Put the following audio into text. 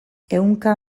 ehunka